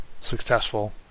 successful